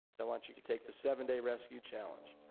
i want you to take the seven-day rescue challenge.